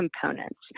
components